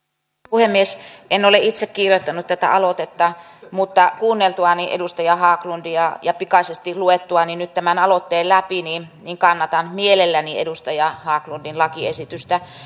puhemies en ole itse kirjoittanut tätä aloitetta mutta kuunneltuani edustaja haglundia ja ja pikaisesti luettuani nyt tämän aloitteen läpi kannatan mielelläni edustaja haglundin lakiesitystä